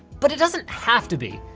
but it doesn't have to be,